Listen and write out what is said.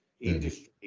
industry